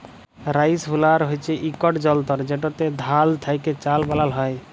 rice huller হছে ইকট যল্তর যেটতে ধাল থ্যাকে চাল বালাল হ্যয়